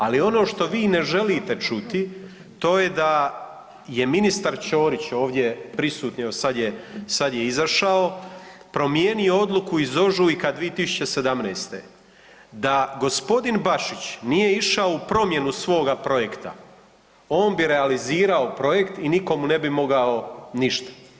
Ali ono što vi ne želite čuti to je da je ministar Ćorić ovdje prisutni evo sada je izašao promijenio odluku iz ožujka 2017. da gospodin Bašić nije išao u promjenu svoga projekta on bi realizirao projekt i niko mu ne bi mogao ništa.